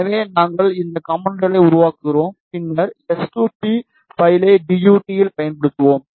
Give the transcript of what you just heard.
எனவே நாங்கள் இந்த காம்போனென்ட்களை உருவாக்குவோம் பின்னர் எஸ் 2 பி பைலை டி யு டீ இல் பயன்படுத்துவோம்